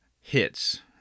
hits